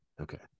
Okay